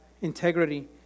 integrity